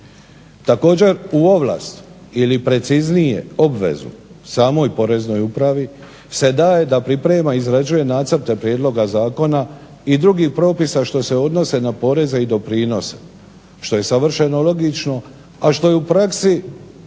Također u ovlast ili preciznije obvezu samoj Poreznoj upravi se daje da priprema i izrađuje nacrte prijedloga zakona i drugih propisa što se odnose na poreze i doprinose što je savršeno logično, a što je u praksi i